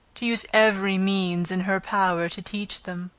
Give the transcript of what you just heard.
to use every means in her power to teach them.